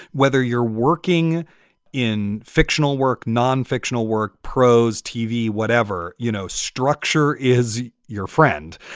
whether you're working in fictional work, nonfictional work, prose, tv, whatever, you know, structure is your friend.